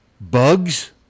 Bugs